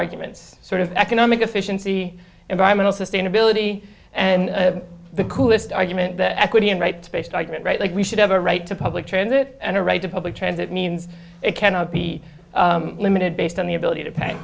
arguments sort of economic efficiency environmental sustainability and the coolest argument the equity and rights based argument right like we should have a right to public transit and a right to public transit means it cannot be limited based on the ability to pay